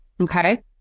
Okay